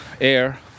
air